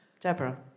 Deborah